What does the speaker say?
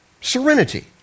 serenity